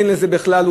אין לזה בכלל,